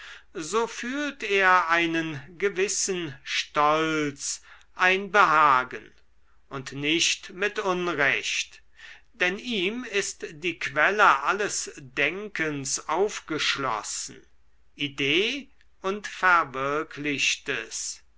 so fühlt er einen gewissen stolz ein behagen und nicht mit unrecht denn ihm ist die quelle alles denkens aufgeschlossen idee und verwirklichtes